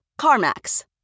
CarMax